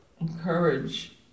Encourage